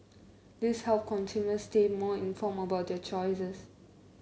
this help consumers stay more informed about their choices